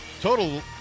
Total